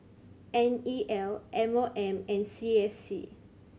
N E L M O M and C S C